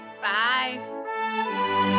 Bye